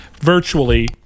virtually